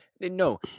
No